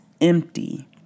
empty